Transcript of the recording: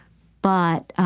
but